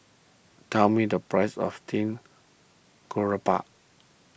tell me the price of Steamed Garoupa